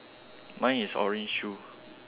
mine is orange shoe